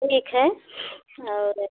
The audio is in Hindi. ठीक है और